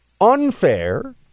unfair